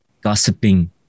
gossiping